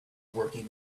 working